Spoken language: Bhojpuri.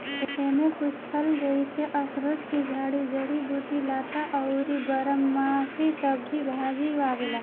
एमे कुछ फल जइसे अखरोट के झाड़ी, जड़ी बूटी, लता अउरी बारहमासी सब्जी भाजी आवेला